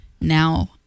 Now